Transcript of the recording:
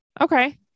Okay